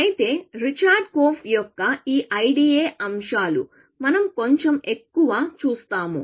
అయితే Richard Korf యొక్క ఈ IDA అంశాలు మనం కొంచెం ఎక్కువ చూస్తాము